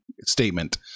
statement